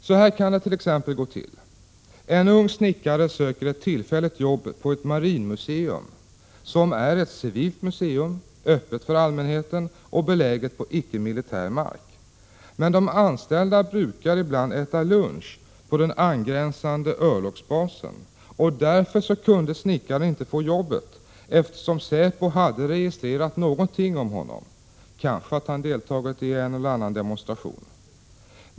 Så här kan det t.ex. gå till: En ung snickare söker tillfälligt jobb på ett marinmuseum som är ett civilt museum, öppet för allmänheten och beläget på icke-militär mark. Men de anställda brukar ibland äta lunch på den angränsande Örlogsbasen, och därför kunde snickaren inte få jobbet, eftersom säpo hade registrerat något om honom — kanske att han deltagit i en eller annan demonstration.